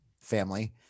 family